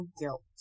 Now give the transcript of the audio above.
guilt